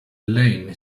elaine